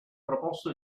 proposto